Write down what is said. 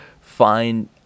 find